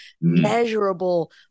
measurable